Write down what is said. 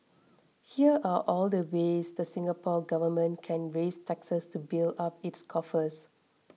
here are all the ways the Singapore Government can raise taxes to build up its coffers